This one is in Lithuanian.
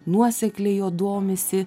nuosekliai juo domisi